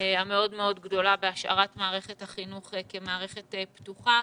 המאוד מאוד גדולה בהשארת מערכת החינוך כמערכת פתוחה,